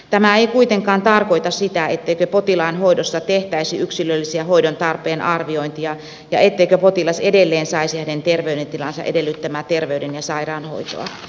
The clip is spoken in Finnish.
tämä ei kuitenkaan tarkoita sitä etteikö potilaan hoidossa tehtäisi yksilöllisiä hoidon tarpeen arviointeja ja etteikö potilas edelleen saisi terveydentilansa edellyttämää terveyden ja sairaanhoitoa